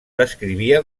descrivia